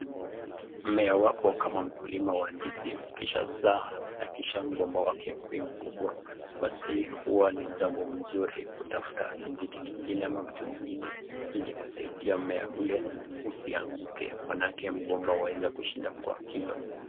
Mmea wako kama mkulima wa ndizi ukishazaa na kisha mgomba wake ukuwe mkubwa basi hua ni jambo mzuri kutafuta kijiti vitu kingine ama mti mwingine ili kusaidia mmea ule usianguke maanake mgomba waeza kuishinda kwa kilo.